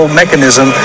mechanism